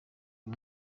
uyu